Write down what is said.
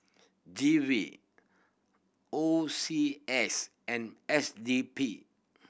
G V O C S and S D P